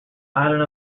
island